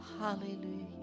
hallelujah